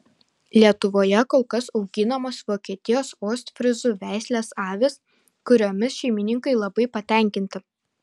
lietuvoje kol kas auginamos vokietijos ostfryzų veislės avys kuriomis šeimininkai labai patenkinti